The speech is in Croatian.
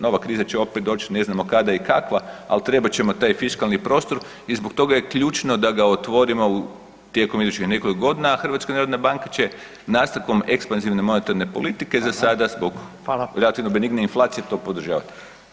Nova kriza će opet doći, ne znamo kada i kakva, ali trebat ćemo taj fiskalni prostor i zbog toga je ključno da ga otvorimo tijekom idućih nekoliko godina, a HNB će nastavkom ekspanzivne monetarne politike [[Upadica: Hvala.]] za sada zbog relativno benignije [[Upadica: Hvala.]] to podržavati.